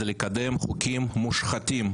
זה לקדם חוקים מושחתים.